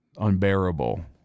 unbearable